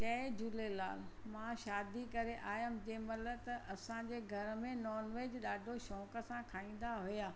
जय झूलेलाल मां शादी करे आयमि जंहिंमहिल त असांजे घर में नॉन वेज ॾाढो शौंक़ु सां खाईंदा हुआ